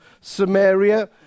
Samaria